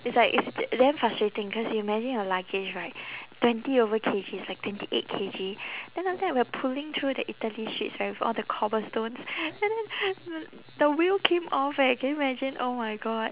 it's like it's d~ damn frustrating cause you imagine your luggage right twenty over K_G it's like twenty eight K_G then after that we were pulling through the italy streets right with all the cobblestones and then the wheel came off eh can you imagine oh my god